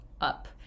up